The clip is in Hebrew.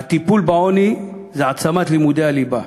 הטיפול בעוני זה העצמת לימודי הליבה,